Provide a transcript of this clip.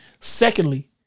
Secondly